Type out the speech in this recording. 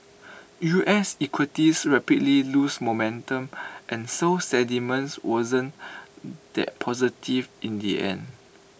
us equities rapidly lose momentum and so sentiment wasn't that positive in the end